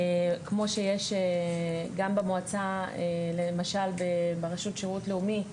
כמו שיש גם במועצה למשל ברשות שירות לאומי,